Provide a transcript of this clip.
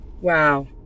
Wow